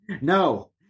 No